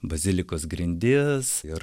bazilikos grindis ir